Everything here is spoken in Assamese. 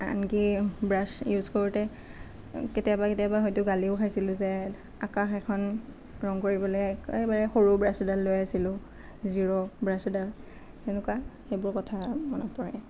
আনকি ব্ৰাছ ইউজ কৰোঁতে কেতিয়াবা কেতিয়াবা হয়তো গালিও খাইছিলোঁ যে আকাশ এখন ৰং কৰিবলৈ একেবাৰে সৰু ব্ৰাছ এডাল লৈ আছিলোঁ জিৰ' ব্ৰাছ এডাল তেনেকুৱা সেইবোৰ কথা মনত পৰে